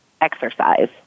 exercise